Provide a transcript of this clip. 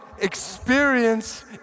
experience